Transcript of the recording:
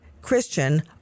Christian